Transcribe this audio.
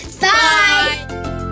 Bye